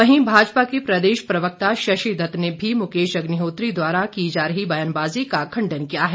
वहीं भाजपा के प्रदेश प्रवक्ता शशि दत्त ने भी मुकेश अग्निहोत्री द्वारा की जा रही बयानबाजी का खंडन किया है